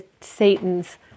Satan's